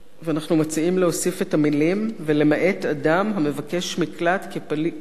אנחנו מציעים להוסיף את המלים "ולמעט אדם המבקש מקלט כפליט